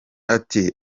ati